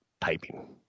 typing